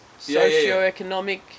socioeconomic